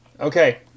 Okay